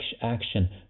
action